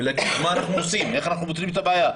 ולהגיד איך פותרים את הבעיה,